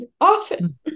often